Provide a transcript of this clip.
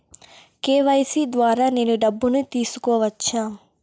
KYC ద్వారా నేను డబ్బును తీసుకోవచ్చా?